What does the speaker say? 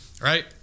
Right